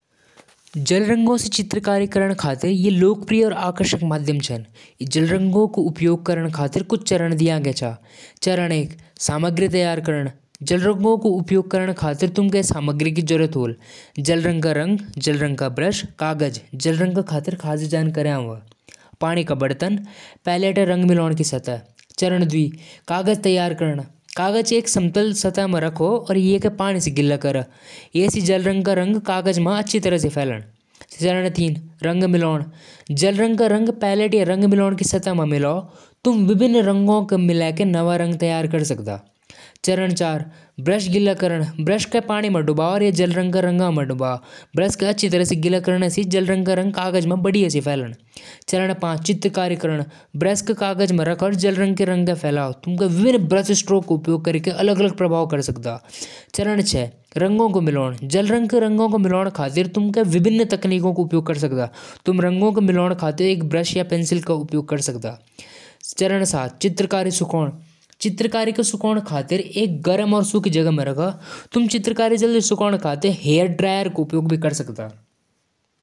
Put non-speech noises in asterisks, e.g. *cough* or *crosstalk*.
आलू पकाण क लिए पहले आलू धोदु। फिर कुकर म आलू, पानी और थोड़ा नमक डालदु। कुकर म दो तीन सीटी लगदु। *noise* आलू ठंडा होण द्यु और छिलका उतारदु। आलू स सब्जी, *noise* परांठा या भुजिया बनादु। अगर उबालके सीधे चटन्या खाण चहि, त हल्का नमक और नींबू डालकु खाण।